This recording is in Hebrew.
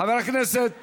חבר הכנסת